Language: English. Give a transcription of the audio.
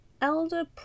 Elder